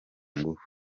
ngufu